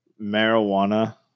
marijuana